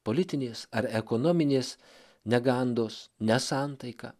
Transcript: politinės ar ekonominės negandos nesantaika